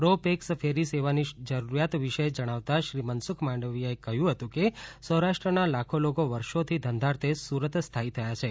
row pax ferry સેવાની જરુરીયાત વિષે જણાવતા શ્રી મનસુખ માંડવિયાએ કહ્યું હતું કે સૌરાષ્ટ્રના લાખો લોકો વર્ષોથી ધંધાર્થે સુરત સ્થાયી થયા છે